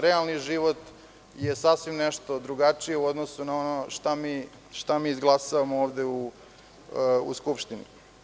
Realni život je sasvim drugačiji u odnosu na ono šta izglasavamo u Skupštini.